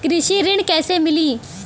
कृषि ऋण कैसे मिली?